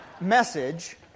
message